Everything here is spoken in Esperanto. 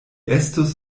estus